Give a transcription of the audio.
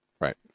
Right